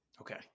Okay